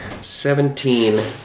Seventeen